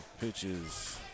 Pitches